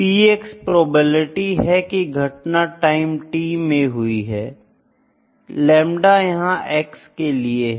P probability हैं की घटना टाइम t में हुई है लेमड़ा यहां X के लिए है